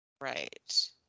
Right